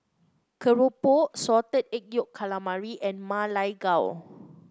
keropok Salted Egg Yolk Calamari and Ma Lai Gao